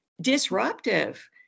disruptive